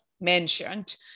mentioned